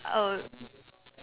uh